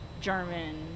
German